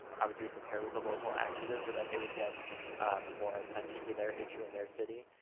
i would do an appear with a local activist, so that they would get more attention to their issue in their city.